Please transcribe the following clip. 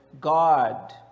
God